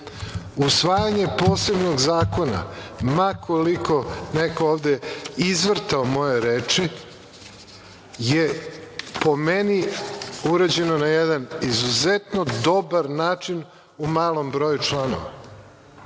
zakona. Usvajanjem posebnog zakona, ma koliko neko ovde izvrtao moje reči, je po meni urađeno na jedan izuzetno dobar način, u malom broju članova,